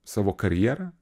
savo karjerą